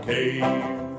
Cave